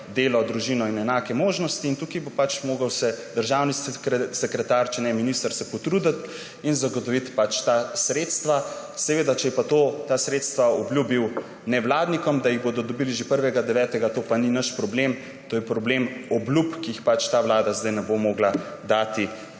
delo, družino in enake možnosti. Tukaj se bo moral državni sekretar, če ne minister, potruditi in zagotoviti ta sredstva. Seveda, če je pa ta sredstva obljubil nevladnikom, da jih bodo dobili že 1. 9., to pa ni naš problem, to je problem obljub, ki jih ta vlada zdaj ne bo mogla dati